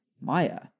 Maya